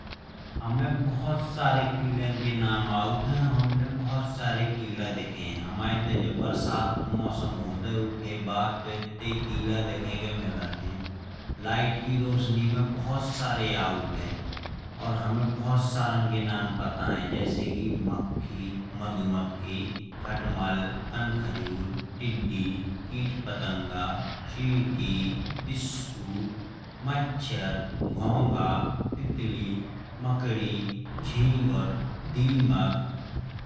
हमें बहुत सारे कीड़ों के नाम आउत हैं। और हमने बहुत सारे कीड़े देखे हैं। जब हमारे इते बरसात को मौसम होत है जब इतने कीड़े आउत हैं लाइट की रोशनी में। और हमें बहुत सारे के नाम पता हैं। जैसे कि मक्खी, मधुमक्खी, खटमल, कंकहजूर, टिड्डी, कीट, पतंगा। चींटी, पिस्सू, मच्छर, घोंघा, तितली, मकड़ी, झिंगूर, दीमक।